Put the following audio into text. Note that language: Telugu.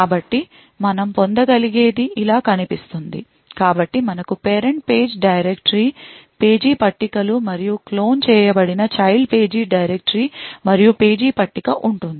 కాబట్టి మనం పొందగలిగేది ఇలా కనిపిస్తుంది కాబట్టి మనకు పేరెంట్ పేజీ డైరెక్టరీ పేజీ పట్టికలు మరియు క్లోన్ చేయబడిన చైల్డ్ పేజీ డైరెక్టరీ మరియు పేజీ పట్టిక ఉంటుంది